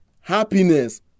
happiness